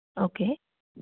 okay